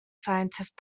scientist